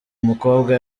mukobwa